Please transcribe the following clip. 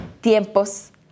tiempos